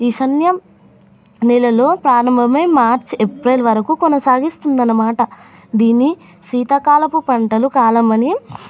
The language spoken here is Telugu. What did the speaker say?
ఈశాన్యం నెలలో ప్రారంభమై మార్చి ఏప్రిల్ వరకు కొనసాగిస్తుంది అన్నమాట దీన్ని శీతాకాలపు పంటల కాలమని